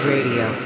Radio